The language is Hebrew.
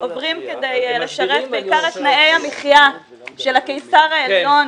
עוברים כדי לשרת בעיקר את תנאי המחיה של הקיסר העליון